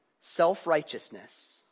Self-righteousness